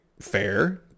fair